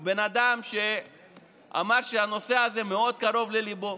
הוא בן אדם שאמר שהנושא הזה מאוד קרוב לליבו,